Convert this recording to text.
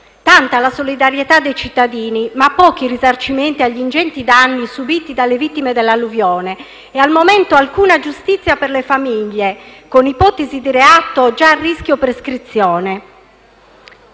Tanta la solidarietà dei cittadini sardi, ma pochi i risarcimenti agli ingenti danni subiti dalle vittime dell'alluvione e al momento nessuna giustizia per le famiglie, con ipotesi di reato già a rischio prescrizione.